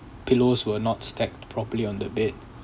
pillows were not stacked properly on the bed